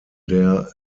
der